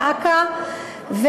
לאכ"א,